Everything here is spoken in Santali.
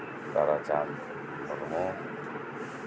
ᱛᱟᱨᱟᱪᱟᱸᱫ ᱢᱩᱨᱢᱩ